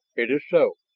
it is so.